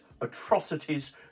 atrocities